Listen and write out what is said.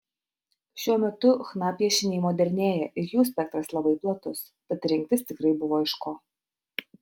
šiuo metu chna piešiniai modernėja ir jų spektras labai platus tad rinktis tikrai buvo iš ko